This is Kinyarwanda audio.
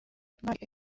ntwali